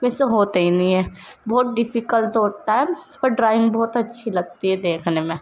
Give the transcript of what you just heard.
مجھ سے ہوتے ہی نہیں ہے بہت ڈیفیکلٹ ہوتا ہے پر ڈرائنگ بہت اچھی لگتی ہے دیکھنے میں